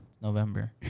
November